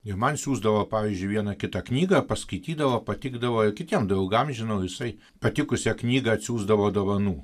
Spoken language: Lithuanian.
ir man siųsdavo pavyzdžiui vieną kitą knygą paskaitydavo patikdavo ir kitiems draugam žinau visai patikusią knygą atsiųsdavo dovanų